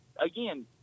again